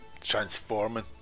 transforming